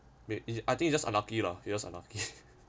I think it's just unlucky lah it was unlucky